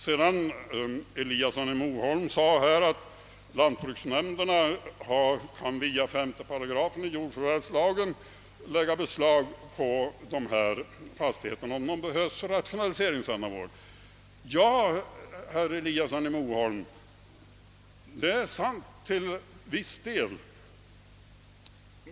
Herr Eliasson i Moholm framhöll att lantbruksnämnderna genom 5 8 i jordförvärvslagen kan lägga beslag på sådana fastigheter om de behövs för rationaliseringsändamål. Ja, herr Eliasson i Moholm, det är sant till viss del.